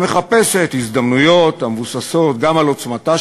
אלא מחפשת הזדמנויות המבוססות גם על עוצמתה